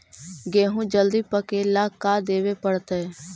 गेहूं जल्दी पके ल का देबे पड़तै?